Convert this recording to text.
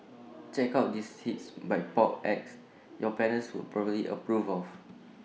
check out these hits by pop acts your parents would probably approve of